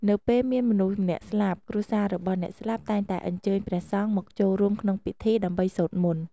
នៅពេលមានមនុស្សម្នាក់ស្លាប់ គ្រួសាររបស់អ្នកស្លាប់តែងតែអញ្ជើញព្រះសង្ឃមកចូលរួមក្នុងពិធី ដើម្បីសូត្រមន្ត។